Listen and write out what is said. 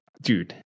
dude